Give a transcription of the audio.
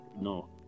no